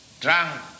drunk